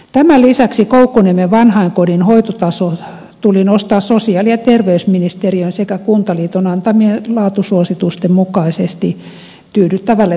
tämän lisäksi koukkuniemen vanhainkodin hoitotaso tuli nostaa sosiaali ja terveysministeriön sekä kuntaliiton antamien laatusuositusten mukaisesti tyydyttävälle tasolle